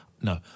No